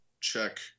check